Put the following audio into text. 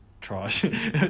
trash